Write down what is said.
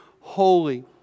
holy